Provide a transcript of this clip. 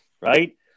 right